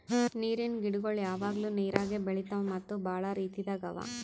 ನೀರಿನ್ ಗಿಡಗೊಳ್ ಯಾವಾಗ್ಲೂ ನೀರಾಗೆ ಬೆಳಿತಾವ್ ಮತ್ತ್ ಭಾಳ ರೀತಿದಾಗ್ ಅವಾ